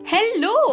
Hello